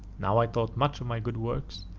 now i thought much of my good works,